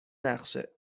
نقشه